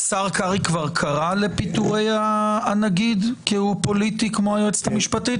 השר קרעי כבר קרא לפיטורי הנגיד כי הוא פוליטי כמו היועצת המשפטית,